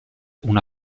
una